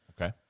okay